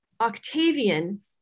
Octavian